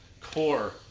core